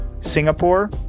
Singapore